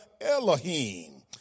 Elohim